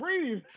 Breathe